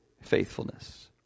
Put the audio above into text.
faithfulness